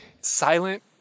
silent